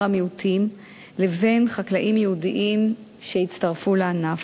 המיעוטים לבין חקלאים יהודים שהצטרפו לענף.